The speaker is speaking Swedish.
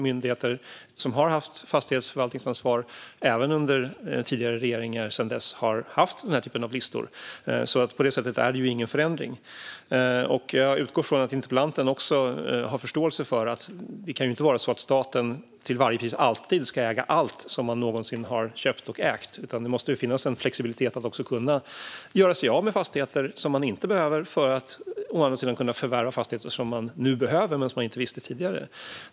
Myndigheter som har haft fastighetsförvaltningsansvar även under tidigare regeringar har alltså sedan dess haft den här typen av listor. På det sättet är det ingen förändring. Jag utgår från att interpellanten har förståelse för att staten inte till varje pris alltid ska äga allt som den tidigare har köpt och ägt. Det måste finnas en flexibilitet för att kunna göra sig av med fastigheter som man inte behöver för att kunna förvärva fastigheter som man nu behöver men inte visste om tidigare.